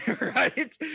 Right